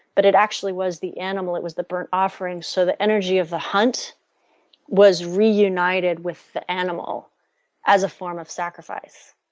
but it actually was the animal that was the burnt offering so the energy of the hunt was reunited with the animal as a form of sacrifice.